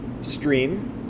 stream